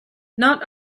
not